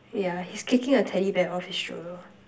yeah he's kicking a teddy bear off his stroller